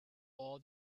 all